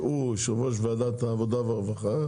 שהוא יושב ראש ועדת העבודה והרווחה.